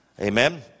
Amen